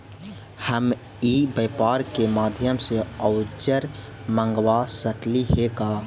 हम ई व्यापार के माध्यम से औजर मँगवा सकली हे का?